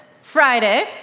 Friday